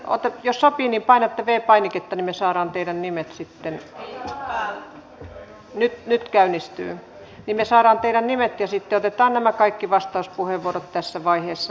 jos sopii niin painatte v painiketta niin me saamme teidän nimenne nyt käynnistyy ja sitten otetaan nämä kaikki vastauspuheenvuorot tässä vaiheessa